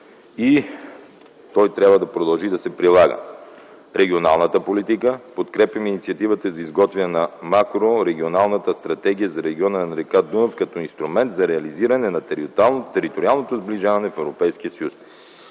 и той трябва да продължи да се прилага; - Регионална политика. Подкрепяме инициативата за изготвяне на макрорегионална стратегия за региона на р. Дунав като инструмент за реализиране на териториалното сближаване в